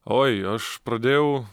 oi aš pradėjau